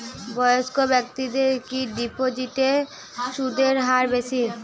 বয়স্ক ব্যেক্তিদের কি ডিপোজিটে সুদের হার বেশি?